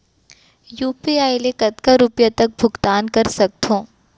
UPI ले मैं कतका रुपिया तक भुगतान कर सकथों